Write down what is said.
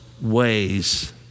ways